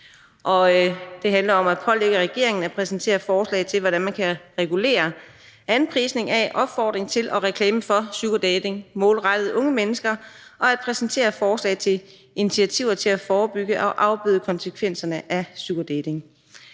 det handler om at pålægge regeringen at præsentere forslag til, hvordan man kan regulere anprisning af, opfordring til og reklame for sugardating målrettet unge mennesker, og at præsentere forslag til initiativer til at forebygge og afbøde konsekvenserne af sugardating.